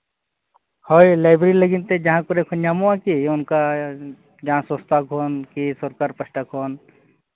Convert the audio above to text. ᱦᱳᱭ ᱞᱟᱭᱵᱨᱮᱨᱤ ᱞᱟᱹᱜᱤᱫ ᱛᱮ ᱡᱟᱦᱟᱸ ᱠᱚᱨᱮ ᱠᱷᱚᱡᱽ ᱧᱟᱢᱚᱜᱼᱟ ᱠᱤ ᱚᱱᱠᱟ ᱡᱟᱦᱟᱸ ᱥᱚᱝᱥᱛᱷᱟ ᱠᱷᱚᱱ ᱠᱤ ᱥᱚᱨᱠᱟᱨ ᱯᱟᱥᱴᱷᱟ ᱠᱷᱚᱱ